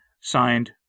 signed